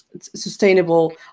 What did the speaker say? sustainable